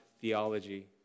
theology